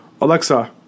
alexa